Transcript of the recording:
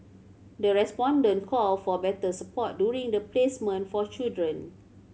the respondent called for better support during the placement for children